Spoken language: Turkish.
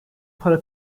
para